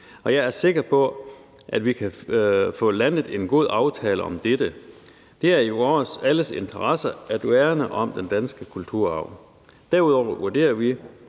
Og jeg er sikker på, at vi kan få landet en god aftale om dette. Det er i vores alles interesse at værne om den danske kulturarv. Derudover vurderer vi,